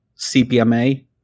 cpma